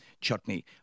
chutney